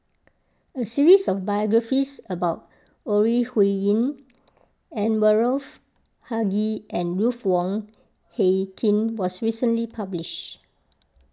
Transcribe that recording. a series of biographies about Ore Huiying Anwarul Haque and Ruth Wong Hie King was recently published